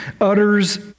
utters